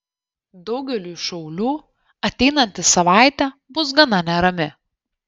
daugeliui šaulių ateinanti savaitė bus gana nerami